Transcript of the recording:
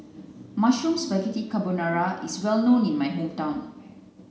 Mushroom Spaghetti Carbonara is well known in my hometown